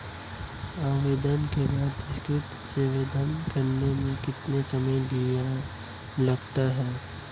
आवेदन के बाद ऋण स्वीकृत करने में कितना समय लगता है?